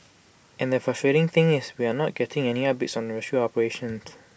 and the frustrating thing is we are not getting any updates on the rescue operations